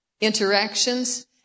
interactions